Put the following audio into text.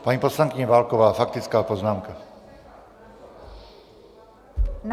Paní poslankyně Válková, faktická poznámka.